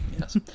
Yes